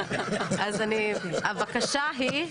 הבקשה היא,